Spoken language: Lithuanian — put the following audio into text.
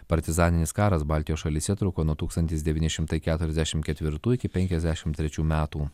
partizaninis karas baltijos šalyse truko nuo tūkstantis devyni šimtai keturiasdešimt ketvirtųjų iki penkiasdešimt trečių metų